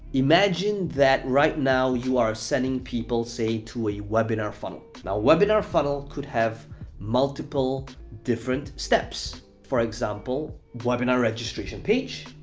imagine that right now, you are sending people, say, to a webinar funnel. now, webinar funnel could have multiple different steps, for example, webinar registration page,